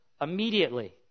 immediately